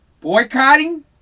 boycotting